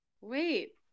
wait